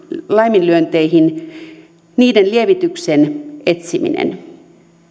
laiminlyönteihin lievityksen etsiminen